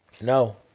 No